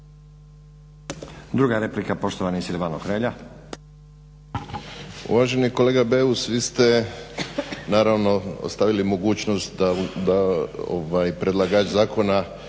Uvaženi kolega Beus vi ste naravno ostavili mogućnost da predlagač zakona